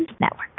Network